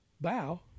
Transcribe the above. bow